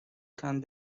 can